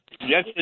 Yes